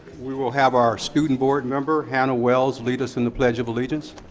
we will have our student board member, hannah wells, lead us in the pledge of allegiance.